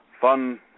fun